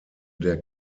der